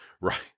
Right